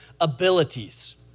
abilities